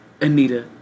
Anita